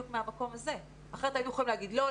מהמקום הזה כי אחרת היינו יכולים להגיד לא,